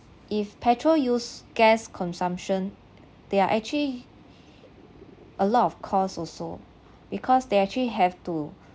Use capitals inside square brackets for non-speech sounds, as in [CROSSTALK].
if petrol use gas consumption there are actually [BREATH] a lot of cost also because they actually have to